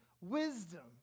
wisdom